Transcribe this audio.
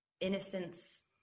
innocence